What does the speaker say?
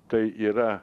tai yra